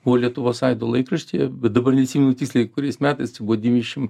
buvo lietuvos aido laikraštyje bet dabar neatsimenu tiksliai kuriais metais čia buvo devyniasdešimt